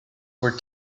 were